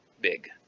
big